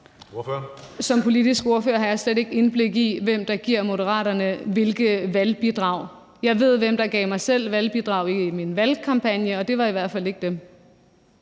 Som politisk ordfører har jeg slet ikke indblik i, hvem der giver Moderaterne hvilke valgbidrag. Jeg ved, hvem der gav mig selv valgbidrag i min valgkampagne, og det var i hvert fald ikke dem.